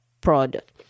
product